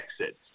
exit